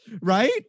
Right